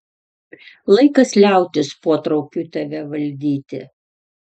laikas liautis potraukiui tave valdyti